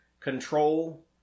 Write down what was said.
control